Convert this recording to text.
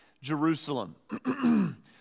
Jerusalem